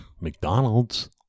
McDonald's